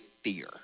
fear